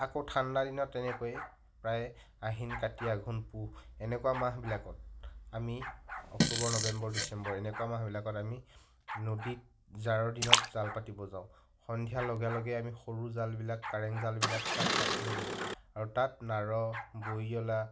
আকৌ ঠাণ্ডা দিনত তেনেকৈ প্ৰায় আহিন কাতি আঘোণ পুহ এনেকুৱা মাহবিলাকত আমি অক্টোবৰ নৱেম্বৰ ডিচেম্বৰ এনেকুৱা মাহবিলাকত আমি নদীত জাৰৰ দিনত জাল পাতিব যাওঁ সন্ধিয়াৰ লগে লগে আমি সৰু জালবিলাক কাৰেং জালবিলাক তাত পাতোঁগৈ আৰু তাত নাৰ বৰিয়লা